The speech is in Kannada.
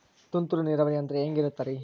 ತುಂತುರು ನೇರಾವರಿ ಅಂದ್ರೆ ಹೆಂಗೆ ಇರುತ್ತರಿ?